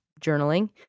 journaling